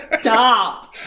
Stop